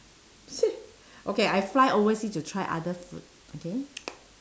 okay I fly oversea to try other food okay